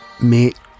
mate